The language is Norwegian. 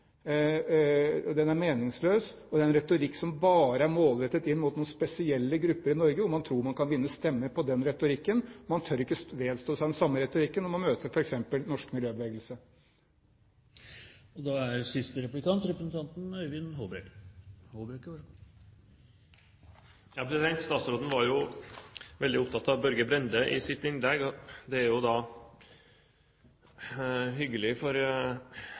er den sann, og den er meningsløs. Det er en retorikk som bare er målrettet inn mot spesielle grupper i Norge, for man tror man kan vinne stemmer på den retorikken. Man tør ikke vedstå seg den samme retorikken når man møter f.eks. norsk miljøbevegelse. Statsråden var veldig opptatt av Børge Brende i sitt innlegg. Det er jo hyggelig for